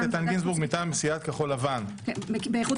מטעם סיעת כחול לבן, מטעם חוץ